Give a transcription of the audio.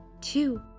two